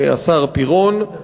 השר פירון.